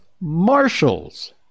Marshals